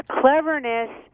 cleverness